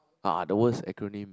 ah the worse acronym